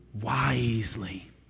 wisely